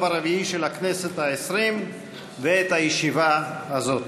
הרביעי של הכנסת העשרים ואת הישיבה הזאת.